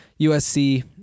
USC